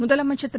முதலமைச்சர் திரு